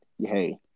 hey